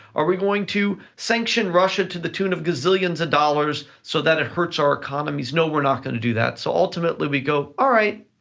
are we going to sanction russia to the tune of gazillions of dollars so that it hurts our economies? no, we're not gonna do that. so ultimately, we go, all right,